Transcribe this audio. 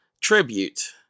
tribute